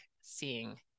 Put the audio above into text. seeing